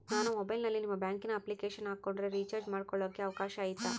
ನಾನು ಮೊಬೈಲಿನಲ್ಲಿ ನಿಮ್ಮ ಬ್ಯಾಂಕಿನ ಅಪ್ಲಿಕೇಶನ್ ಹಾಕೊಂಡ್ರೆ ರೇಚಾರ್ಜ್ ಮಾಡ್ಕೊಳಿಕ್ಕೇ ಅವಕಾಶ ಐತಾ?